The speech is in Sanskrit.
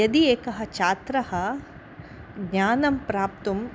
यदि एकःछात्रः ज्ञानं प्राप्तुम्